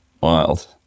Wild